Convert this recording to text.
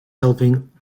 helping